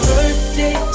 Birthday